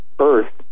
Earth